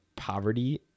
poverty